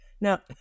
Now